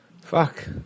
Fuck